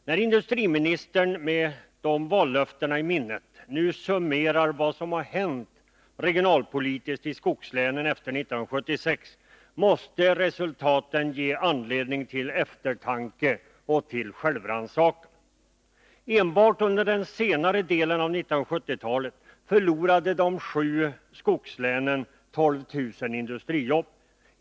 När industriministern, med dessa vallöften i minnet, nu summerar vad som hänt regionalpolitiskt i skogslänen efter 1976 måste resultatet ge anledning till eftertanke och självrannsakan. Enbart under den senare delen av 1970-talet förlorade de sju skogslänen 12 000 industrijobb.